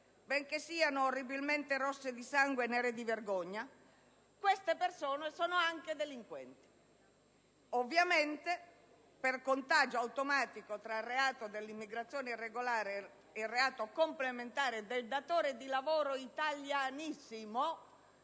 benché siano orribilmente rosse di sangue e nere di vergogna), queste persone sono anche delinquenti. Per contagio automatico tra reato dell'immigrazione irreale e reato complementare del datore di lavoro italianissimo,